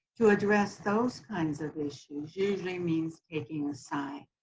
to address those kinds of issues usually means picking a side.